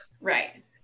right